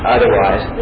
Otherwise